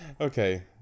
Okay